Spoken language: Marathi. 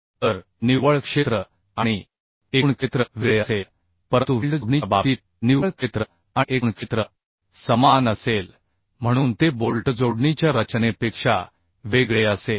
तर निव्वळ क्षेत्र आणि एकूण क्षेत्र वेगळे असेल परंतु वेल्ड जोडणीच्या बाबतीत निव्वळ क्षेत्र आणि एकूण क्षेत्र समान असेल म्हणून ते बोल्ट जोडणीच्या रचनेपेक्षा वेगळे असेल